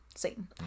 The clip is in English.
Satan